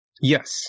Yes